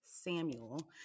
Samuel